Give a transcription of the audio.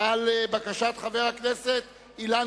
על בקשת חבר הכנסת אילן